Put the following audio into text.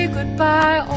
Goodbye